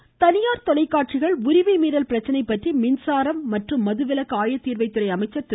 தங்கமணி தனியார் தொலைகாட்சிகள் உரிமை மீறல் பிரச்சனை பற்றி மின்சாரம் மற்றும் மதுவிலக்க ஆயத்தீர்வைதுறை அமைச்சர் திரு